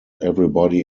everybody